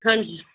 ਹਾਂਜੀ